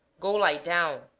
go lie down